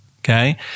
okay